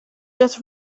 just